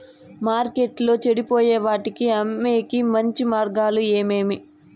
మార్కెట్టులో చెడిపోయే వాటిని అమ్మేకి మంచి మార్గాలు ఏమేమి